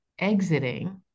exiting